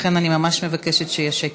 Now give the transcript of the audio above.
לכן אני ממש מבקשת שיהיה שקט.